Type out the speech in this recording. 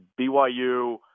BYU